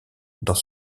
dans